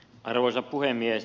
arvoisa puhemies